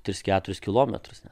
tris keturis kilometrus